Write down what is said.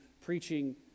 preaching